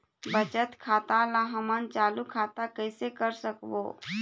बचत खाता ला हमन चालू खाता कइसे कर सकबो?